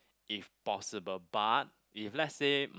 if possible but if let's say